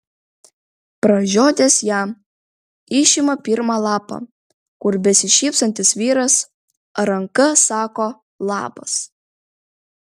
pražiodęs ją išima pirmą lapą kur besišypsantis vyras ranka sako labas